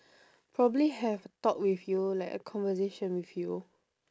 probably have a talk with you like a conversation with you